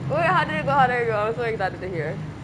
wait how did it go how did it go I'm so excited to hear